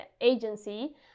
agency